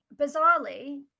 bizarrely